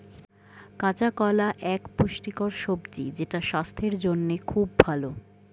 কাঁচা কলা এক পুষ্টিকর সবজি যেটা স্বাস্থ্যের জন্যে খুব ভালো